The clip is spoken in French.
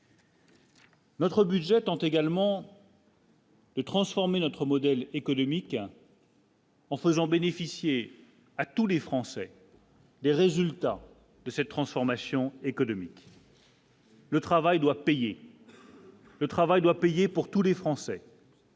Notre budget tente également. Et transformer notre modèle économique. En faisant bénéficier à tous les Français. Les résultats de cette transformation économique. Le travail doit payer le travail doit payer pour tous les Français.